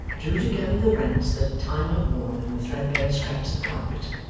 drew together the rents that time had worn in the threadbare scraps of carpet,